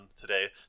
today